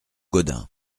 gaudin